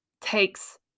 takes